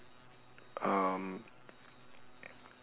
um